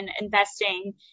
investing